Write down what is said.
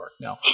No